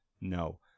no